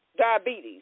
diabetes